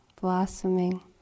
blossoming